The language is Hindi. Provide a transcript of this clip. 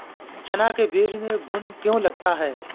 चना के बीज में घुन क्यो लगता है?